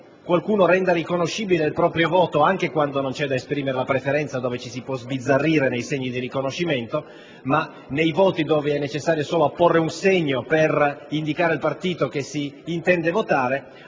qualcuno renda riconoscibile il proprio voto, anche quando non si deve esprimere una preferenza, dove ci si può sbizzarrire nei segni di riconoscimento, e dove è necessario apporre solo un segno per indicare il partito che si intende votare,